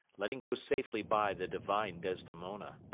letting go safely by the divine desdemona.